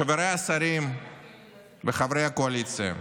חבריי השרים וחברי הקואליציה,